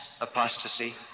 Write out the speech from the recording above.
apostasy